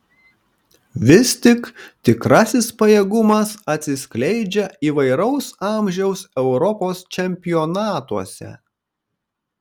vis tik tikrasis pajėgumas atsiskleidžia įvairaus amžiaus europos čempionatuose